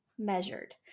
measured